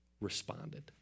responded